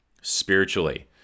spiritually